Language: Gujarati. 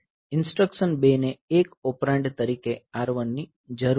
ઈન્સ્ટ્રકશન 2 ને એક ઓપરેન્ડ તરીકે R1 ની જરૂર છે